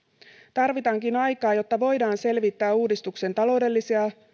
tarvitaankin aikaa jotta voidaan selvittää uudistuksen taloudellisia